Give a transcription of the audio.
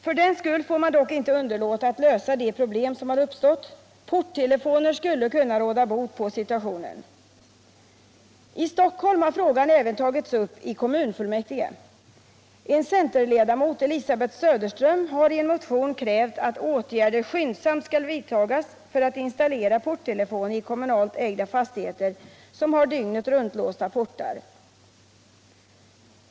För den skull får man dock inte underlåta att lösa de problem som har uppstått. Porttelefoner skulle kunna råda bot på situationen. I Stockholm har frågan även tagits upp i kommunfullmäktige. En centerledamot, Elisabet Söderström, har i en motion krävt att åtgärder skyndsamt skall vidtas för att installera porttelefon i kommunalt ägda fastigheter som har dygnet-runt-låsta portar.